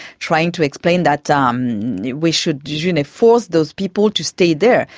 trying to explain that ah um we should you know force those people to stay there.